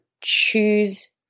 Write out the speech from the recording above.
choose